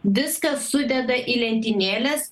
viską sudeda į lentynėles